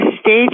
stage